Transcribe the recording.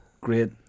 great